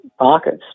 markets